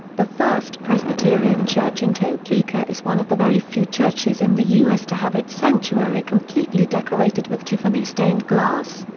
the first presbyterian church in topeka is one of the very few churches in the u s. to have its sanctuary completely decorated with tiffany stained glass.